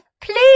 please